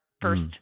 first